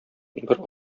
бер